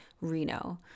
Reno